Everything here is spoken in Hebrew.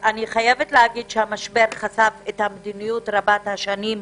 המשבר חשף את המדיניות רבת השנים,